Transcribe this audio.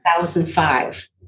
2005